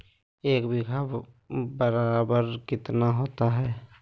एक बीघा बराबर कितना होता है?